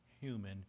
human